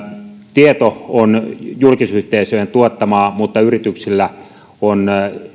tieto on julkisyhteisöjen tuottamaa mutta yrityksillä on